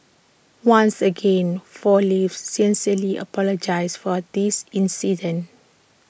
once again four leaves sincerely apologises for this incident